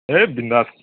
হেই বিন্দাছ